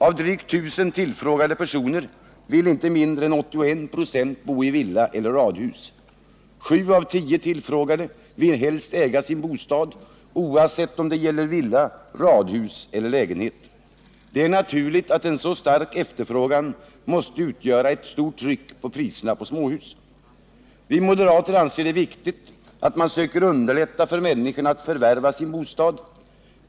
Av drygt 1 000 tillfrågade personer vill inte mindre än 81 96 bo i villa eller radhus. 7 av 10 tillfrågade vill helst äga sin bostad, oavsett om det gäller villa, radhus eller lägenhet. Det är naturligt att en så stark efterfrågan måste utgöra ett stort tryck på priserna på småhus. Vi moderater anser det viktigt att man söker underlätta för människorna att förvärva sin bostad.